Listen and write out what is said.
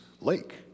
lake